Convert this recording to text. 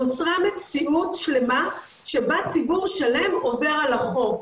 נוצרה מציאות שלמה שבה ציבור שלם עובר על החוק.